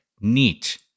Neat